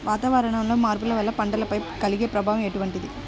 వాతావరణంలో మార్పుల వల్ల పంటలపై కలిగే ప్రభావం ఎటువంటిది?